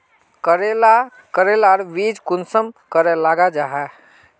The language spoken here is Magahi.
करेला करेलार बीज कुंसम करे लगा जाहा?